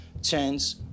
Chance